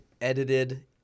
edited